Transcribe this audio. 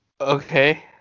okay